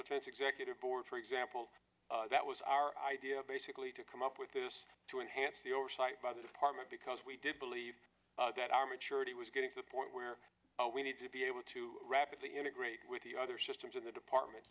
face executive board for example that was our idea basically to come up with this to enhance the oversight by the department because we did believe that our maturity was getting to the point where we need to be able to rapidly integrate with the other systems in the department